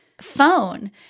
phone